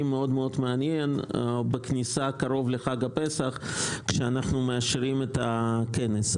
מאוד מאוד מעניין בכניסה קרוב לחג הפסח כשאנחנו מאשרים את הכנס.